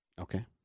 Okay